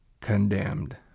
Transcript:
condemned